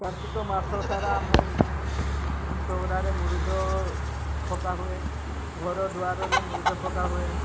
କାର୍ତ୍ତିକ ମାସ ସାରା ଆମେ ଚଉରାରେ ମୁରୁଜ ପକା ହୁଏ ଘରଦୁଆରରେ ମୁରୁଜ ପକାହୁଏ